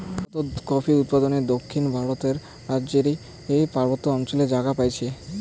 ভারতত কফি উৎপাদনে দক্ষিণ ভারতর রাইজ্যর পার্বত্য অঞ্চলত জাগা পাইছে